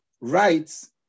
writes